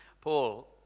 Paul